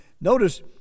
Notice